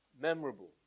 memorable